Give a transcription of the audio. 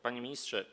Panie Ministrze!